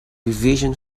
revision